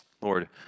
Lord